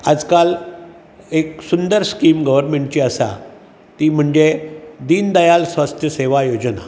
आजकाल एक सुंदर स्किम गव्हरमेंटाची आसा ती म्हणजे दीन दयाल स्वस्थ सेवा योजना